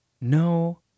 No